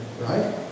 right